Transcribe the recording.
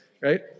right